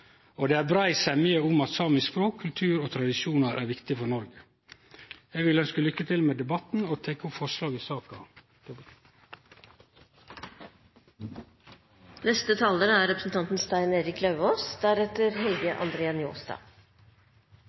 og det er brei semje om at samisk språk, kultur og tradisjon er viktig for Noreg. Eg vil ønskje lukke til med debatten og tilrår innstillinga i saka.